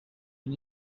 une